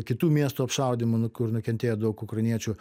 kitų miestų apšaudymu nu kur nukentėjo daug ukrainiečių